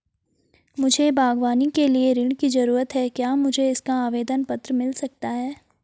मुझे बागवानी के लिए ऋण की ज़रूरत है क्या मुझे इसका आवेदन पत्र मिल सकता है?